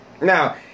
Now